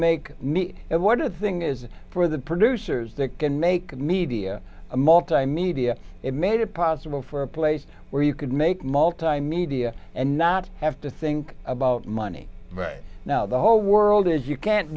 make me and what a thing is for the producers that can make media a multimedia it made it possible for a place where you could make multimedia and not have to think about money right now the whole world is you can't